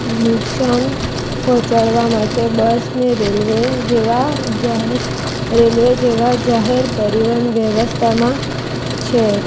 નુકસાન પહોંચાડવા માટે બસ ને રેલ્વે જેવાં જાહેર રેલ્વે જેવાં જાહેર પરિવહન વ્યવસ્થામાં છે